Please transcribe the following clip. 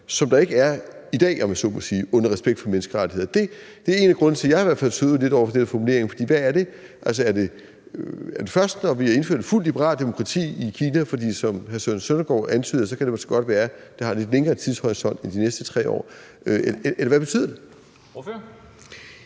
som der ikke er i dag, om jeg så må sige, under det med respekt for menneskerettigheder? Det var i hvert fald en af grundene til, at jeg tøvede lidt over for den formulering. For hvad er det? Er det først, når vi har indført et fuldt liberalt demokrati i Kina? For som hr. Søren Søndergaard antydede, kan det måske godt være, at det har en lidt længere tidshorisont end de næste 3 år. Eller hvad betyder det?